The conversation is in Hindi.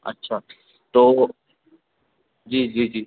अच्छा तो जी जी जी